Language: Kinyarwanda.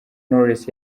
knowless